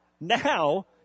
now